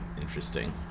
interesting